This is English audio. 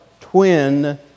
twin